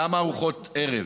כמה ארוחות ערב?